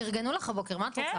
פרגנו לך הבוקר, מה את רוצה?